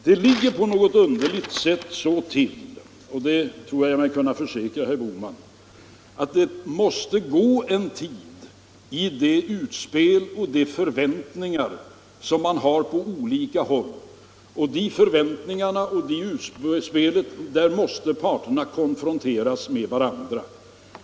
Det ligger på något underligt sätt så till — det tror jag mig kunna försäkra herr Bohman — att det måste gå en tid efter det utspel och de förväntningar som man har på olika håll, och i dessa förväntningar och utspel måste parterna konfronteras med varandra.